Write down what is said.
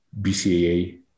bcaa